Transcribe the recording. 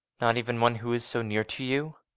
not even one who is so near to you?